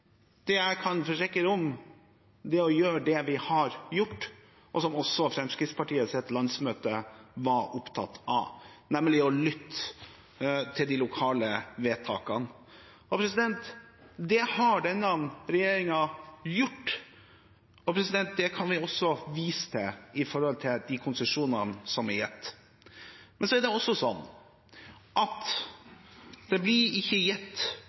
Det jeg kan forsikre om, er at vi vil gjøre det vi har gjort, og som også Fremskrittspartiets landsmøte var opptatt av, nemlig å lytte til det som blir sagt i de lokale vedtakene. Det har denne regjeringen gjort, og det kan vi også vise til, med tanke på de konsesjonene som er gitt. Men så er det også slik at det blir ikke gitt